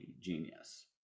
genius